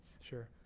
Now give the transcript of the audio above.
Sure